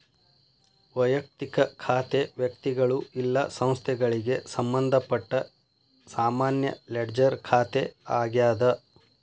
ವಯಕ್ತಿಕ ಖಾತೆ ವ್ಯಕ್ತಿಗಳು ಇಲ್ಲಾ ಸಂಸ್ಥೆಗಳಿಗೆ ಸಂಬಂಧಪಟ್ಟ ಸಾಮಾನ್ಯ ಲೆಡ್ಜರ್ ಖಾತೆ ಆಗ್ಯಾದ